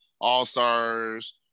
All-Stars